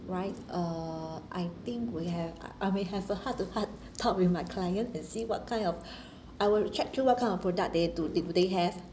right uh I think we have uh we'll have a heart to heart talk with my client and see what kind of I will check through what kind of product they do do do they have